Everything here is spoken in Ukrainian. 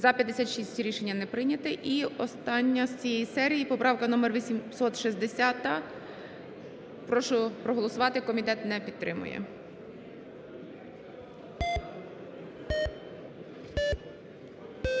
За-56 Рішення не прийняте. І остання з цієї серії: поправка номер 860. Прошу проголосувати. Комітет не підтримує.